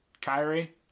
Kyrie